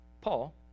Paul